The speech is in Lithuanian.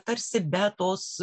tarsi be tos